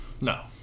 No